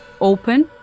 open